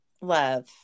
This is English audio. love